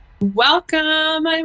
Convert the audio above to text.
Welcome